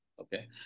okay